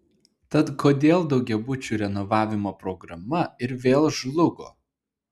tad kodėl daugiabučių renovavimo programa ir vėl žlugo